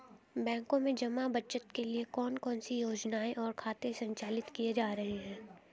बैंकों में जमा बचत के लिए कौन कौन सी योजनाएं और खाते संचालित किए जा रहे हैं?